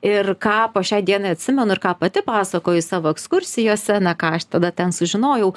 ir ką po šiai dienai atsimenu ir ką pati pasakoju savo ekskursijose na ką aš tada ten sužinojau